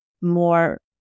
more